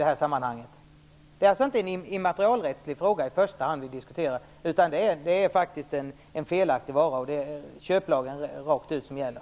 Det är alltså inte i första hand en immaterialrättslig fråga vi diskuterar utan det är faktiskt fråga om en felaktig vara, och då gäller köplagen.